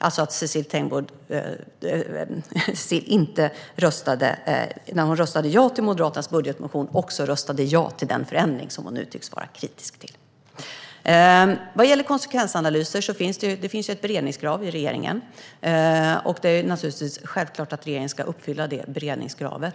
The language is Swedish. När Cecilie Tenfjord-Toftby röstade ja till Moderaternas budgetmotion röstade hon alltså också ja till den förändring som hon nu tycks vara kritisk till. Vad gäller konsekvensanalyser finns det ett beredningskrav i regeringen. Det är självklart att regeringen ska uppfylla det kravet.